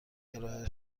ارائه